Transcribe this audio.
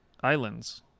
Islands